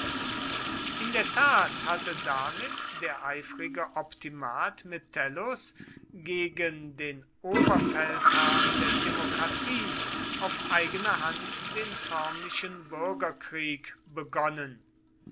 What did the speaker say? in der tat hatte damit der eifrige optimat metellus gegen den oberfeldherrn der demokratie auf eigene hand den förmlichen bürgerkrieg begonnen